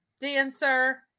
dancer